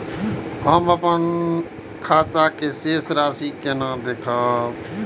हम अपन खाता के शेष राशि केना देखब?